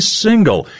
single